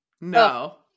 No